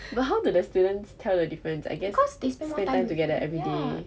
but how do the students tell the difference I guess spend time together everyday